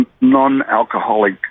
non-alcoholic